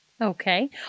Okay